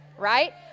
Right